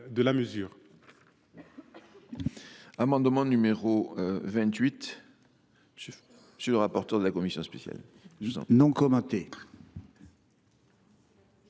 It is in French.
de la mesure,